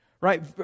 Right